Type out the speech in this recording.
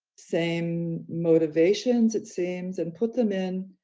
same motivations, it seems and put them in,